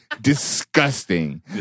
disgusting